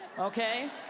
okay?